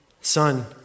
Son